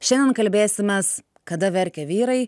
šiandien kalbėsim mes kada verkia vyrai